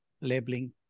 labeling